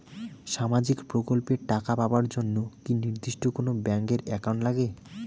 সামাজিক প্রকল্পের টাকা পাবার জন্যে কি নির্দিষ্ট কোনো ব্যাংক এর একাউন্ট লাগে?